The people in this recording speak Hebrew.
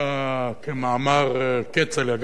כמאמר כצל'ה,